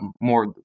more